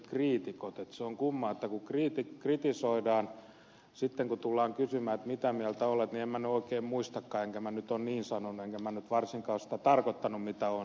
se on kumma että kun kritisoidaan ja sitten kun tullaan kysymään mitä mieltä olet niin en mä nyt oikein muistakaan enkä mä nyt ole niin sanonut enkä mä nyt varsinkaan ole sitä tarkoittanut mitä olen sanonut